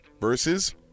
versus